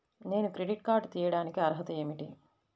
నేను credit card తీయడానికి అర్హత ఏమిటి?